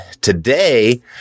today